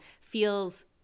feels